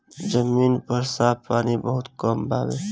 जमीन पर साफ पानी बहुत कम बावे